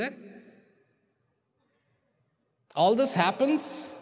that all this happens